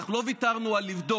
אנחנו לא ויתרנו על לבדוק,